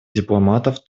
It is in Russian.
дипломатов